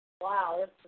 Wow